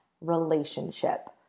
relationship